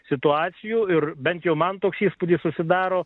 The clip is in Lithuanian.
situacijų ir bent jau man toks įspūdis susidaro